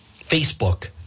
Facebook